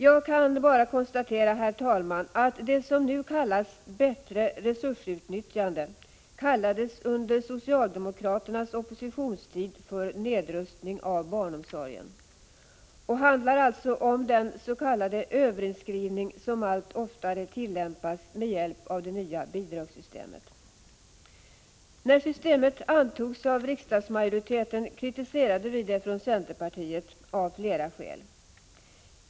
Jag kan bara konstatera, herr talman, att det som nu kallas bättre resursutnyttjande under socialdemokraternas oppositionstid kallades för nedrustning av barnomsorgen. Det handlar alltså om den s.k. överinskrivning som allt oftare tillämpas med hjälp av det nya bidragssystemet. När systemet antogs av riksdagsmajoriteten kritiserade vi det från centerpartiet av flera skäl.